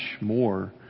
more